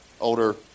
older